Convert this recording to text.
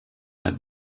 had